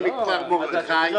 אני מכפר מרדכי,